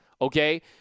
okay